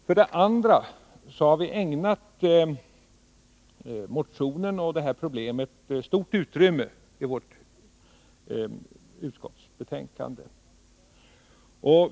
För det andra har utskottet ägnat motionen och detta problem stort utrymme i utskottsbetänkandet.